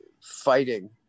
fighting